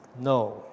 No